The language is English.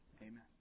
Amen